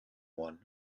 one